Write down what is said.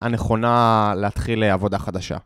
הנכונה להתחיל לעבודה חדשה.